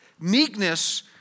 Meekness